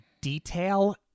detail